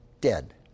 dead